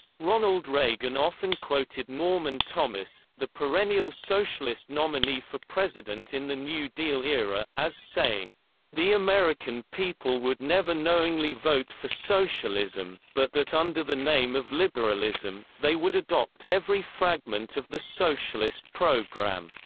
ronald reagan often quoted norman thomas, the perennial socialist nominee for president in the new deal era, as saying the american people would never knowingly vote for socialism, but that under the name of liberalism, they would adopt every fragment of the socialist program.